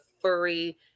furry